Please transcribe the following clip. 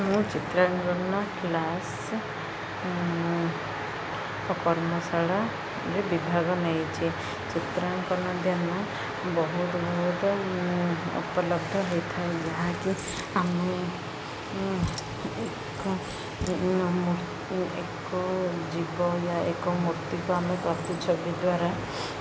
ମୁଁ ଚିତ୍ରାଙ୍କନ କ୍ଲାସ୍ କର୍ମଶାଳରେ ବିଭାଗ ନେଇଛି ଚିତ୍ରାଙ୍କନ ବହୁତ ବହୁତ ଉପଲବ୍ଧ ହେଇଥାଏ ଯାହାକି ଆମେ ଏକ ଏକ ଜୀବ ଏକ ମୂର୍ତ୍ତିକୁ ଆମେ ପ୍ରତିଛବି ଦ୍ୱାରା